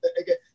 again